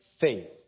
faith